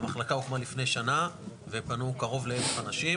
המחלקה הוקמה לפני שנה, ופנו קרוב ל-1000 אנשים,